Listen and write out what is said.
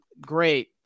great